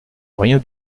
rien